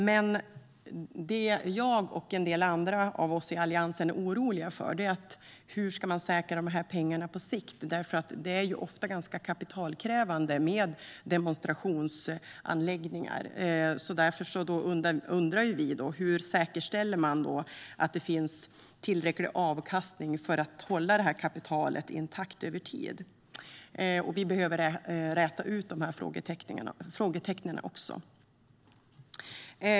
Men det jag och en del andra av oss i Alliansen är oroliga för är hur man ska säkra de här pengarna på sikt, för det är ju ofta ganska kapitalkrävande med demonstrationsanläggningar. Därför undrar vi hur man säkerställer att det finns tillräcklig avkastning för att hålla kapitalet intakt över tid. Det är frågetecken som behöver rätas ut.